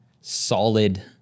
solid